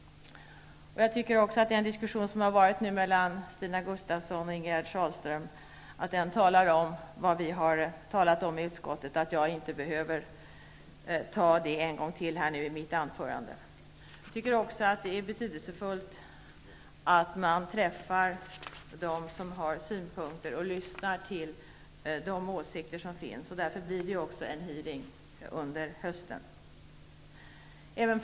Av diskussionen mellan Stina Gustavsson och Ingegerd Sahlström framgår vad vi har talat om i utskottet. Jag behöver således inte upprepa det i mitt anförande. Jag tycker också att det är betydelsefullt att man träffar dem som har synpunkter och lyssnar till de åsikter som finns. En hearing kommer därför att äga rum under hösten.